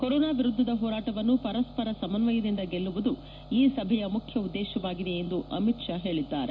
corona ವಿರುದ್ದದ ಹೋರಾಟವನ್ನು ಪರಸ್ವರ ಸಮನ್ವಯದಿಂದ ಗೆಲ್ಲುವುದು ಈ ಸಭೆಯ ಮುಖ್ಯ ಉದ್ಗೇಶವಾಗಿದೆ ಎಂದು ಅಮಿತ್ ಶಾ ಹೇಳಿದ್ದಾರೆ